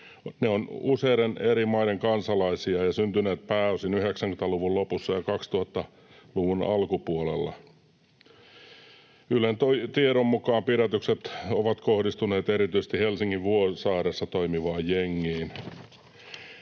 ovat useiden eri maiden kansalaisia ja syntyneet pääosin 90-luvun lopussa ja 2000-luvun alkupuolella. Ylen tiedon mukaan pidätykset ovat kohdistuneet erityisesti Helsingin Vuosaaressa toimivaan jengiin.